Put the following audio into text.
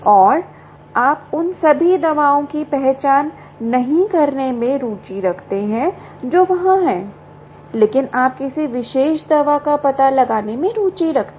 और आप उन सभी दवाओं की पहचान नहीं करने में रुचि रखते हैं जो वहां हैं लेकिन आप किसी विशेष दवा का पता लगाने में रुचि रखते हैं